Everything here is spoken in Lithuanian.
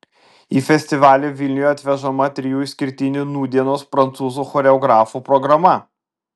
į festivalį vilniuje atvežama trijų išskirtinių nūdienos prancūzų choreografų programa